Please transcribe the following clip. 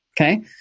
Okay